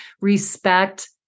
Respect